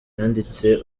yanditse